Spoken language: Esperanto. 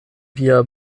via